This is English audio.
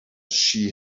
she